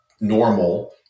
normal